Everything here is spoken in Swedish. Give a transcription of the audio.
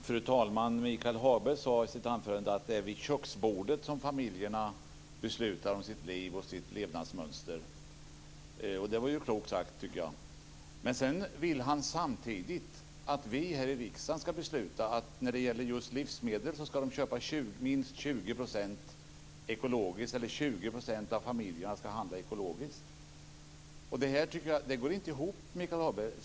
Fru talman! Michael Hagberg sade i sitt anförande att det är vid köksbordet som familjerna beslutar om sitt liv och sitt levnadsmönster. Det var klokt sagt, tycker jag. Men sedan ville han samtidigt att vi här i riksdagen ska besluta att när det gäller just livsmedel ska 20 % av familjerna handla ekologiskt. Det går inte ihop.